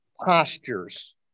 postures